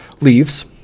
leaves